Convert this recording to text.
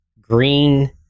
green